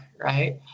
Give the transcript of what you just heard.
right